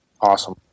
Awesome